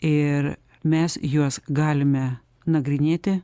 ir mes juos galime nagrinėti